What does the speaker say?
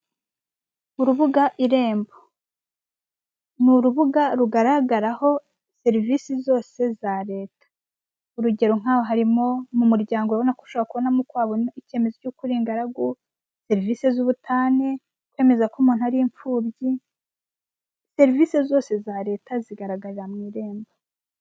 Urubuga irembo, ni urubuga rugaragaraho serivisi zose za Leta. Urugero nk'aha harimo, mu muryango urabona ko ushobora kubonamo uko wabona icyemezo cy'uko uri ingaragu, serivisi z'ubutane, kwemeza ko umuntu ari imfubyi, serivisi zose za Leta zigaragarira mu irembo.